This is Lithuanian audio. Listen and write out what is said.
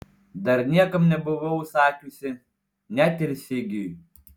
dar niekam nebuvau sakiusi net ir sigiui